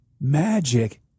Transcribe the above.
magic